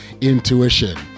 intuition